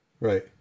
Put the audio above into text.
Right